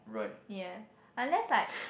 ya unless like